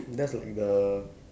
that's like the